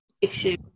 issue